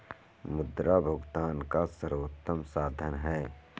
मुद्रा भुगतान का सर्वोत्तम साधन है